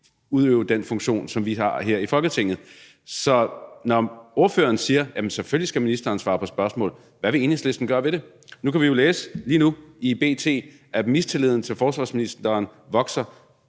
udøve den funktion, som vi har her i Folketinget. Så når ordføreren siger, at ministeren selvfølgelig skal svare på spørgsmål og ikke gør det, hvad vil Enhedslisten så gøre ved det? Lige nu kan vi jo læse i B.T., at mistilliden til forsvarsministeren vokser.